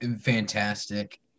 fantastic